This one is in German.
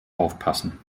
aufpassen